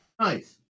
Nice